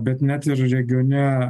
bet net ir regione